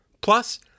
Plus